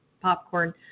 popcorn